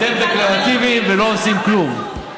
אתם דקלרטיביים ולא עושים כלום.